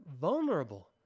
vulnerable